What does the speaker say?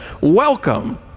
welcome